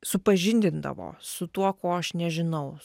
supažindindavo su tuo ko aš nežinau